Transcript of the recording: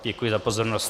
Děkuji za pozornost.